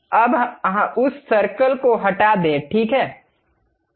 अब उस सर्कल को हटा दें ठीक है